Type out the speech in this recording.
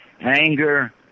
anger